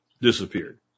disappeared